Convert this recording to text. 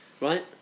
right